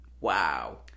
Wow